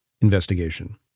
investigation